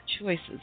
choices